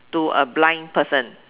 to a blind person